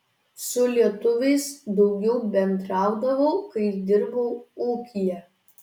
su lietuviais daugiau bendraudavau kai dirbau ūkyje